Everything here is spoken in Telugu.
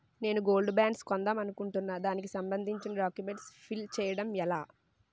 నేను గోల్డ్ బాండ్స్ కొందాం అనుకుంటున్నా దానికి సంబందించిన డాక్యుమెంట్స్ ఫిల్ చేయడం ఎలా?